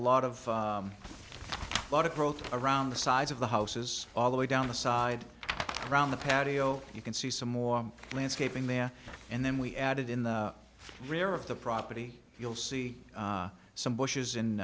a lot of a lot of growth around the size of the houses all the way down the side thanks ron the patio you can see some more landscaping there and then we added in the rear of the property you'll see some bushes in